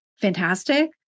fantastic